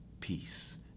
Peace